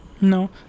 No